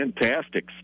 fantastic